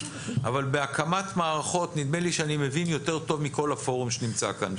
אבל בהקמת מערכות נדמה לי שאני מבין יותר טוב מכל הפורום שנמצא כאן,